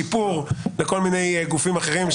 שיפור מכל מיני גופים אחרים,